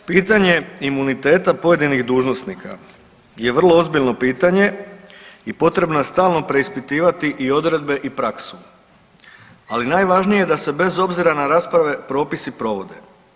Pitanje imuniteta pojedinih dužnosnika je vrlo ozbiljno pitanje i potrebno je stalno preispitivati i odredbe i praksu, ali najvažnije da se bez obzira na rasprave propisi provode.